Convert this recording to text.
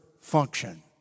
function